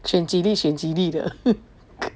选几粒选择你的